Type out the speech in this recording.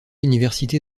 université